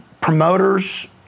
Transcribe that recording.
promoters